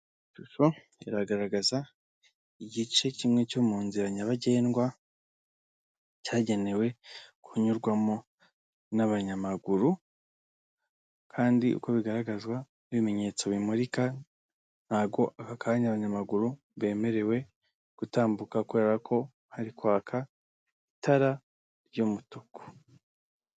Ishusho iragaragaza igice kimwe cyo mu nzira nyabagendwa cyagenewe kunyurwamo n'abanyamaguru kandi uko bigaragazwa n'ibimenyetso bimurika ntabwo aka kanya abanyamaguru bemerewe gutambuka kubera ko hari kwaka itara ry'umutuku.